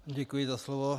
Děkuji za slovo.